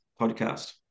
podcast